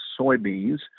soybeans